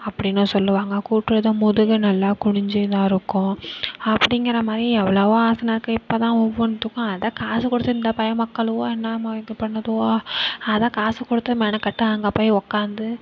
அப்படினு சொல்லுவாங்க கூட்டுறதும் முதுகு நல்லா குனிஞ்சு இதாக இருக்கும் அப்படிங்குற மாதிரி எவ்வளவோ ஆசனம் இருக்குது இப்போதான் ஒவ்வொன்றுதுக்கும் அதுதான் காசு கொடுத்து இந்த பய மக்களுவோ என்னாமா இது பண்ணுதுவோ அதுதான் காசு கொடுத்து மெனக்கட்டு அங்கே போய் உக்காந்து